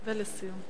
ולסיום,